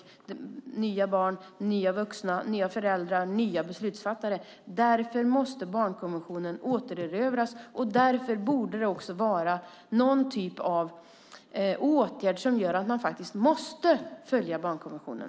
Det kommer nya barn, nya vuxna, nya föräldrar och nya beslutsfattare. Därför måste barnkonventionen återerövras och därför borde det också finnas någon typ av åtgärd som gör att man faktiskt måste följa barnkonventionen.